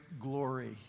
glory